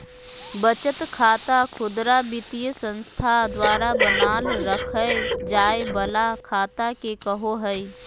बचत खाता खुदरा वित्तीय संस्था द्वारा बनाल रखय जाय वला खाता के कहो हइ